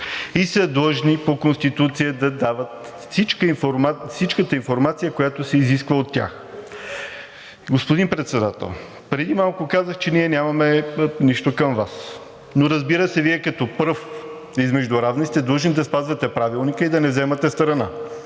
са по Конституция да дават всичката информация, която се изисква от тях. Господин Председател, преди малко казах, че ние нямаме нищо към Вас. Но разбира се, Вие като пръв измежду равни сте длъжен да спазвате Правилника и да не вземате страна.